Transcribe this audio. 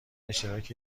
اشتراک